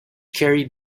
carried